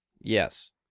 Yes